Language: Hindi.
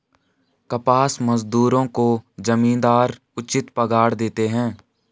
कपास मजदूरों को जमींदार उचित पगार देते हैं